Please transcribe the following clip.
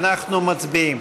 אנחנו מצביעים.